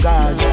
God